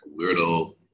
weirdo